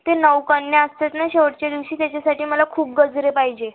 ते नऊ कन्या असतात ना शेवटच्या दिवशी त्याच्यासाठी मला खूप गजरे पाहिजे